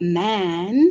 man